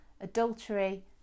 adultery